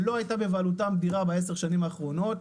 שלא הייתה בבעלותם דירה בעשר השנים האחרונות.